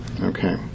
Okay